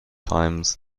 times